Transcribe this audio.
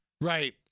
Right